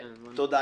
תודה.